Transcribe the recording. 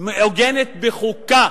מעוגנת בחוקה,